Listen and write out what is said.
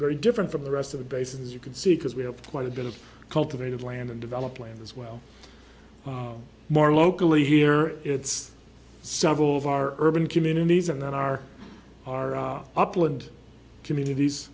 very different from the rest of the bases you can see because we have quite a bit of cultivated land and develop land as well more locally here it's several of our urban communities and then our our upland communities